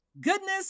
goodness